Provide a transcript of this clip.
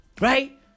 right